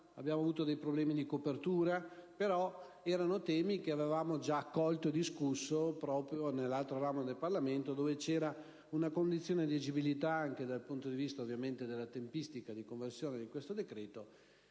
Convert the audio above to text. abbiamo avuto dei problemi di copertura, ma erano temi da noi già accolti e discussi proprio nell'altro ramo del Parlamento, dove vi era una condizione di agibilità, anche dal punto di vista della tempistica di conversione in legge di questo decreto,